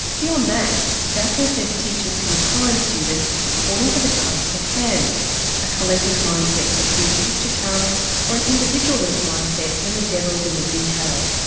beyond that daphna says teachers can prime students according to the task at hand a collective mindset for big picture tasks or an individualist mindset when the devil is in the detail.